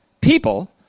people